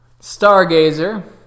stargazer